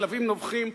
הכלבים נובחים.